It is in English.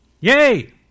Yay